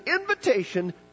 invitation